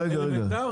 רגע.